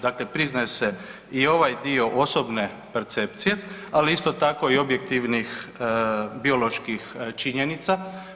Dakle, priznaje se i ovaj dio osobne percepcije ali isto tako i objektivnih bioloških činjenica.